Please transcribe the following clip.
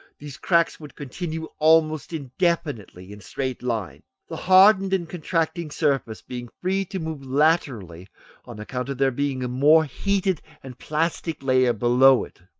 these cracks would continue almost indefinitely in straight lines. the hardened and contracting surface being free to move laterally on account of there being a more heated and plastic layer below it,